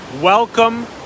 welcome